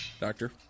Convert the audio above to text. Doctor